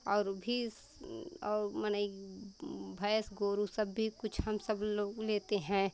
और भी और मनई भैंस गोरू सब भी कुछ हम सब लोग लेते हैं